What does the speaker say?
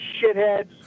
shitheads